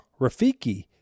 Rafiki